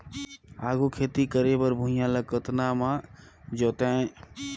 आघु खेती करे बर भुइयां ल कतना म जोतेयं?